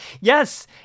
Yes